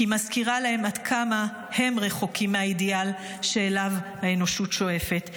כי היא מזכירה להם עד כמה הם רחוקים מהאידיאל שאליו האנושות שואפת.